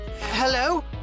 Hello